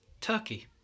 Turkey